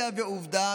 עובדה,